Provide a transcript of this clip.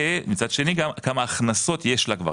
ומצד שני גם כמה הכנסות יש לה כבר,